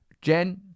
Jen